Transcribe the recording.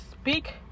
Speak